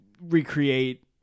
recreate